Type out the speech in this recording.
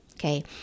Okay